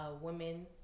women